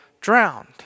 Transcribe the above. drowned